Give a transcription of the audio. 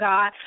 God